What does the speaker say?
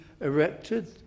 erected